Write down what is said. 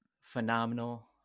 phenomenal